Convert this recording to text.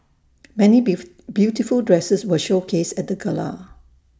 many beef beautiful dresses were showcased at the gala